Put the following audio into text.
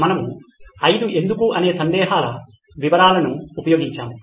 మనము ఐదు ఎందుకు అనే సందేహాల వివరాలను ఉపయోగించాము